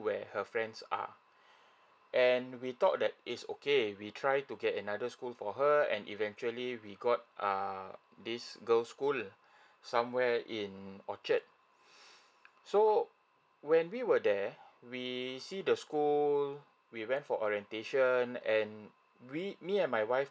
where her friends are and we thought that is okay we try to get another school for her and eventually we got err this girl school somewhere in orchard so when we were there we see the school we went for orientation and we me and my wife